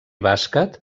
bàsquet